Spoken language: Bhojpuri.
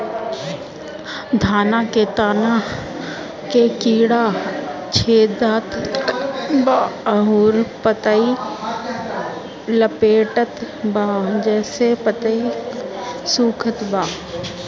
धान के तना के कीड़ा छेदत बा अउर पतई लपेटतबा जेसे पतई सूखत बा?